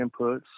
inputs